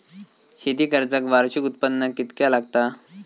शेती कर्जाक वार्षिक उत्पन्न कितक्या लागता?